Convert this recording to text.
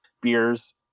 beers